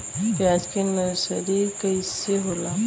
प्याज के नर्सरी कइसे होला?